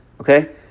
okay